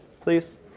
Please